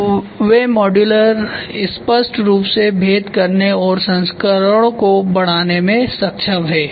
तो वे मॉड्यूलर स्पष्ट रूप से भेद करने और संस्करणों को बढ़ाने में सक्षम हैं